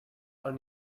are